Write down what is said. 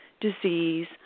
disease